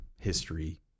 history